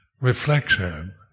reflection